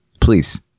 please